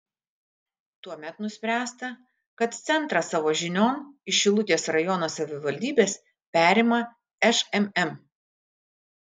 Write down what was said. tuomet nuspręsta kad centrą savo žinion iš šilutės rajono savivaldybės perima šmm